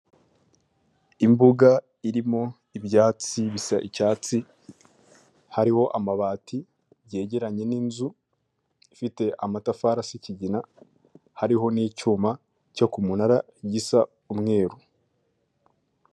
Imbuga irimo ibyatsi bisa icyatsi, hariho amabati yegeranye n'inzu ifite amatafari asa ikigina, kandi hariho n'icyuma cyo ku munara gisa umweru.